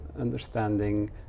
understanding